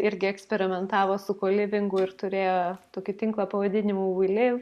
irgi eksperimentavo su kolivingu ir turėjo tokį tinklą pavadinimu we live